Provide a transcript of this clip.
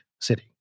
city